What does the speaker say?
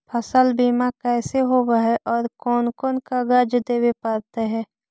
फसल बिमा कैसे होब है और कोन कोन कागज देबे पड़तै है?